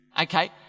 okay